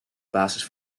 basis